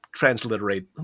transliterate